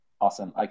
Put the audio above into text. Awesome